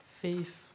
faith